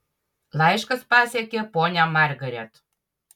laiškas pasiekė ponią margaret